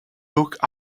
look